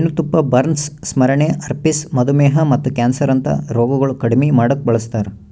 ಜೇನತುಪ್ಪ ಬರ್ನ್ಸ್, ಸ್ಮರಣೆ, ಹರ್ಪಿಸ್, ಮಧುಮೇಹ ಮತ್ತ ಕ್ಯಾನ್ಸರ್ ಅಂತಾ ರೋಗಗೊಳ್ ಕಡಿಮಿ ಮಾಡುಕ್ ಬಳಸ್ತಾರ್